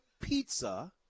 pizza